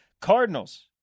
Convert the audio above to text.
Cardinals